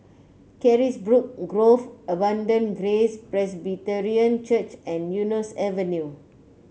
Carisbrooke Grove Abundant Grace Presbyterian Church and Eunos Avenue